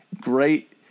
great